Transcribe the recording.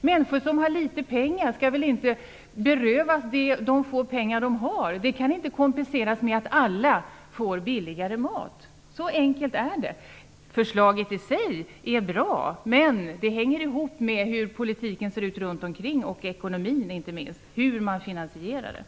Människor som har litet pengar skall väl inte berövas det lilla de har. Det kan inte kompenseras med att alla får billigare mat. Så enkelt är det. Förslaget i sig är bra, men det hänger ihop med hur politiken ser ut för övrigt och inte minst med ekonomin när det gäller hur det skall finansieras.